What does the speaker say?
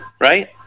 right